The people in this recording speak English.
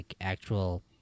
actual